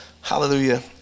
Hallelujah